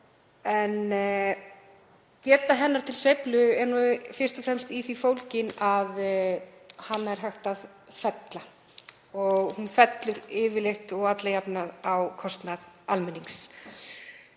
Geta hennar til sveiflu er fyrst og fremst í því fólgin að hana er hægt að fella og hún fellur yfirleitt og alla jafna á kostnað almennings.